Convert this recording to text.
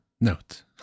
note